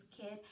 kid